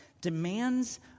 demands